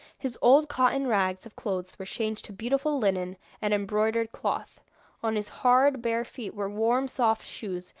his old cotton rags of clothes were changed to beautiful linen and embroidered cloth on his hard, bare feet were warm, soft shoes,